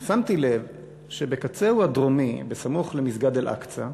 שמתי לב שבקצהו הדרומי, בסמוך למסגד אל-אקצא,